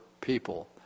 people